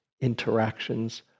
interactions